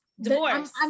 divorce